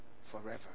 forever